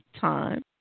time